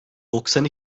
doksan